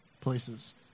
places